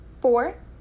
Four